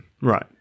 Right